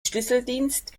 schlüsseldienst